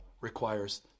requires